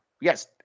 Yes